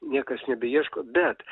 niekas nebeieško bet